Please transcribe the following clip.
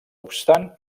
obstant